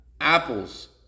apples